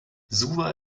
suva